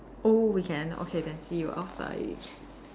oh we can okay then see you outside